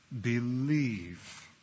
believe